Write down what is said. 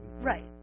Right